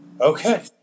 Okay